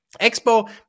Expo